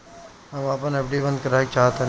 हम अपन एफ.डी बंद करेके चाहातानी